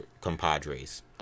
compadres